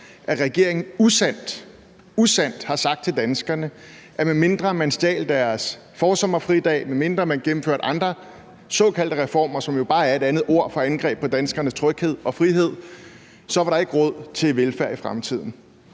at regeringen usandt – usandt – har sagt til danskerne, at medmindre man stjal deres forsommerfridag, og medmindre man gennemførte andre såkaldte reformer, som jo bare er et andet for ord for angreb på danskernes tryghed og frihed, så var der ikke råd til velfærd i fremtiden.